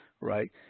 right